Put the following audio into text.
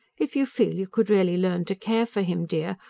if you feel you could really learn to care for him, dear.